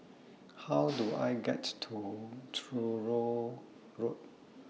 How Do I get to Truro Road